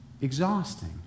Exhausting